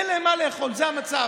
אין להם מה לאכול, זה המצב.